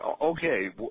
okay